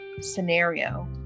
scenario